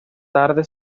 tarde